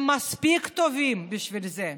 הם מספיק טובים בשביל זה.